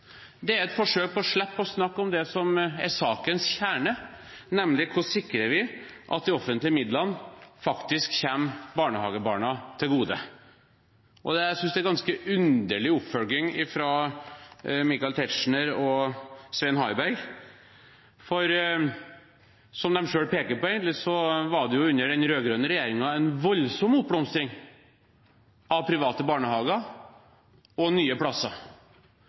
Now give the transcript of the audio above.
Det er et forsøk på å slippe å snakke om det som er sakens kjerne, nemlig hvordan vi sikrer at de offentlige midlene faktisk kommer barnehagebarna til gode. Jeg synes det er en ganske underlig oppfølging fra Michael Tetzschner og Svein Harberg. Som de selv peker på, var det under den rød-grønne regjeringen en voldsom oppblomstring av private barnehager og nye plasser.